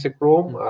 Chrome